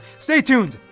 stay tuned,